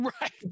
Right